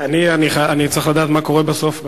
אני צריך לדעת מה קורה בסוף,